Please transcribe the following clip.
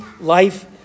life